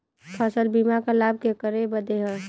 फसल बीमा क लाभ केकरे बदे ह?